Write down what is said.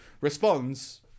responds